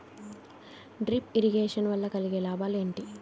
Drip irrigation వల్ల కలిగే లాభాలు ఏంటి?